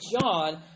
John